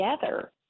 together